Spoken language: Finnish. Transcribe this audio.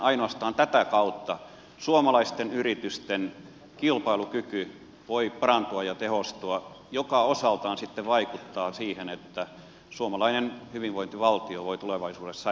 ainoastaan tätä kautta suomalaisten yritysten kilpailukyky voi parantua ja tehostua mikä osaltaan sitten vaikuttaa siihen että suomalainen hyvinvointivaltio voi tulevaisuudessa säilyä